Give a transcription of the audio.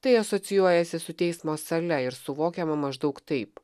tai asocijuojasi su teismo sale ir suvokiama maždaug taip